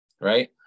right